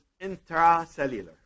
intracellular